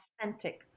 authentic